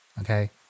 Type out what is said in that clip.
Okay